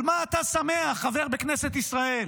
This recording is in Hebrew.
על מה אתה שמח, חבר בכנסת ישראל?